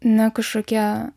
ne kažkokie